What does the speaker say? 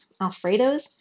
Alfredos